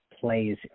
plays